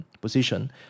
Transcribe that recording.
position